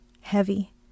heavy